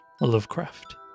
Lovecraft